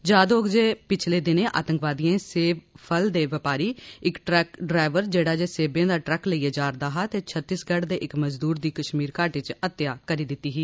याद होग जे पिछले दिनें आतंकवादियें सेव फल दे बपारी इक ट्रक ड्राइवर जेडा सेवे दा ट्रक लेइयै जारदा हा ते छत्तीसगढ़ दे इक मजदूर दी कश्मीर घाटी च हत्या करी दिती ही